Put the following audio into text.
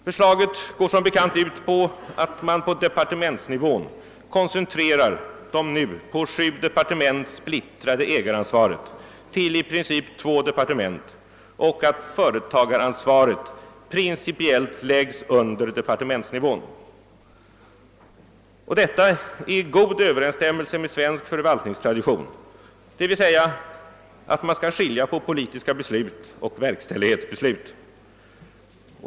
Förslaget går som bekant ut på att man på departementsnivån koncentrerar det nu på sju departement splittrade ägaransvaret till i princip två departement och att företagaransvaret principiellt läggs under departementsnivån. Detta är i god överensstämmelse med svensk förvaltningstradition, d. v. s. att man skall skilja på politiska beslut och verkställighetsbeslut.